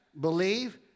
believe